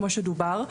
כפי שנאמר,